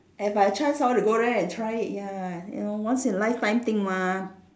if by chance I want to go there and try it ya you know once in a lifetime thing mah